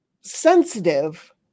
sensitive